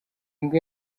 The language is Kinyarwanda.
mbwa